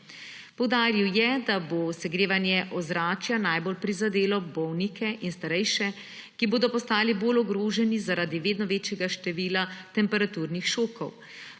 Poudaril je, da bo segrevanje ozračja najbolj prizadelo bolnike in starejše, ki bodo postali bolj ogroženi zaradi vedno večjega števila temperaturnih šokov.